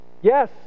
Yes